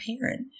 parent